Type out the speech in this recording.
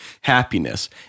happiness